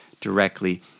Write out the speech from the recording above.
directly